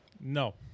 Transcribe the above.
No